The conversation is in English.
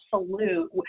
absolute